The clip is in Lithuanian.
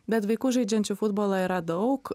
bet vaikų žaidžiančių futbolą yra daug